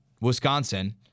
Wisconsin